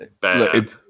bad